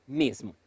mesmo